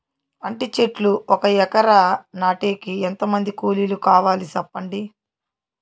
అంటి చెట్లు ఒక ఎకరా నాటేకి ఎంత మంది కూలీలు కావాలి? సెప్పండి?